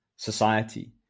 society